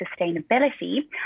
sustainability